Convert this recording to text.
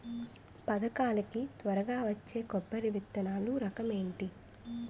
పథకాల కి త్వరగా వచ్చే కొబ్బరి విత్తనాలు రకం ఏంటి?